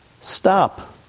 Stop